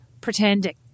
pretending